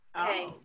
Okay